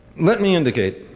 let me indicate